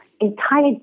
entire